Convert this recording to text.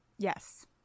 Yes